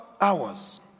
hours